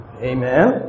Amen